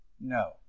no